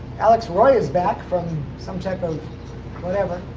alex roy is back from some type of whatever.